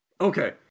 Okay